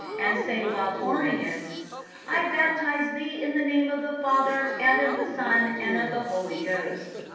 and say while pouring it i baptize thee in the name of the father, and of the son, and of the holy ghost.